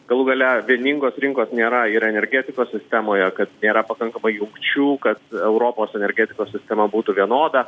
galų gale vieningos rinkos nėra ir energetikos sistemoje kad nėra pakankamai jungčių kad europos energetikos sistema būtų vienoda